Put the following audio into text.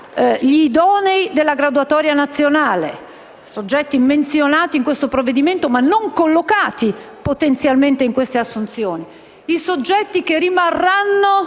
gli idonei della graduatoria nazionale, soggetti menzionati in questo provvedimento, ma non collocati potenzialmente in queste assunzioni, i soggetti che rimarranno